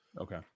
Okay